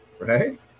right